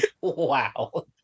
wow